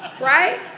right